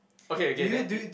okay okay then it